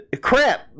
Crap